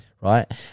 Right